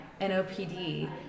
NOPD